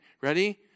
Ready